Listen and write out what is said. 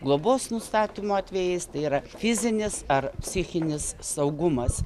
globos nustatymo atvejais tai yra fizinis ar psichinis saugumas